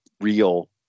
real